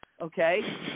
okay